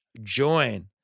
join